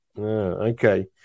Okay